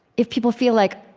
if people feel like,